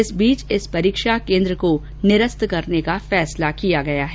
इस बीच इस परीक्षा केन्द्र को निरस्त करने का फैसला किया गया है